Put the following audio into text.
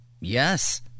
yes